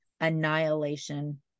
annihilation